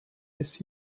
this